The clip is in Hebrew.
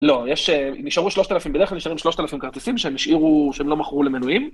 ‫לא, יש... נשארו 3,000... ‫בדרך כלל נשארים 3,000 כרטיסים ‫שהם השאירו... שהם לא מכרו למנויים.